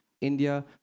India